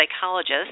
psychologist